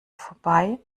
vorbei